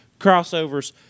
crossovers